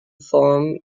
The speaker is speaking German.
form